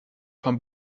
vom